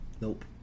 Nope